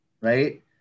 right